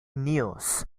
news